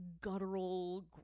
guttural